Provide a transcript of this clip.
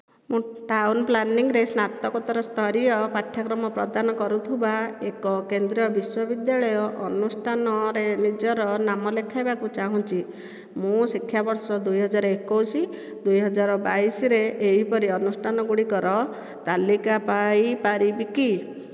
ମୁଁ ଟାଉନ୍ ପ୍ଲାନିଂରେ ସ୍ନାତକୋତ୍ତର ସ୍ତରୀୟ ପାଠ୍ୟକ୍ରମ ପ୍ରଦାନ କରୁଥିବା ଏକ କେନ୍ଦ୍ରୀୟ ବିଶ୍ୱବିଦ୍ୟାଳୟ ଅନୁଷ୍ଠାନରେ ନିଜର ନାମ ଲେଖାଇବାକୁ ଚାହୁଁଛି ମୁଁ ଶିକ୍ଷାବର୍ଷ ଦୁଇ ହଜାର ଏକୋଇଶ ଦୁଇ ହଜାର ବାଇଶରେ ଏହିପରି ଅନୁଷ୍ଠାନ ଗୁଡ଼ିକର ତାଲିକା ପାଇପାରିବି କି